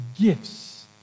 gifts